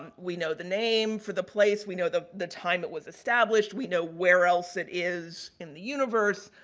and we know the name for the place. we know the the time it was established. we know where else it is in the universe,